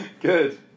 Good